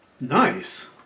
Nice